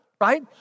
right